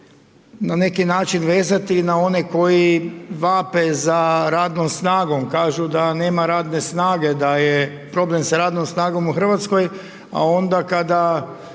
na neki način vezati na one koji vape za radnom snagom, kažu da nema radne snage, da je problem sa radnom snagom u RH, a onda kada